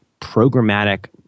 programmatic